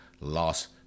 loss